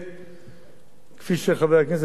כפי שחבר הכנסת הרצוג הזכיר קודם,